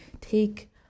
take